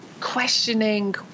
questioning